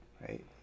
right